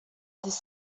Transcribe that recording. this